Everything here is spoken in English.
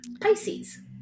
Pisces